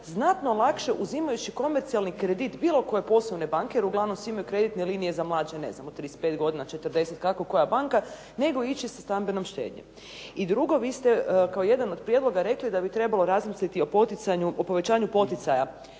znatno lakše uzimajući komercijalni kredit bilo koje poslovne banke, jer uglavnom svi imaju kreditne linije za mlađe ne znam od 35 godina, 40 kako koja banka, nego ići sa stambenom štednjom. I drugo, vi ste kao jedan od prijedloga rekli da bi trebalo razmisliti o povećanju poticaja